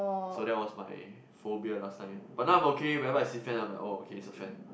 so that was my phobia last time but now I'm okay whereby I see fan of mine I'm like oh okay it's a fan